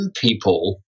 people